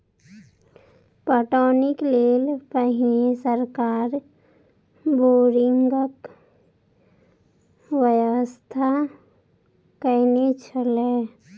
पटौनीक लेल पहिने सरकार बोरिंगक व्यवस्था कयने छलै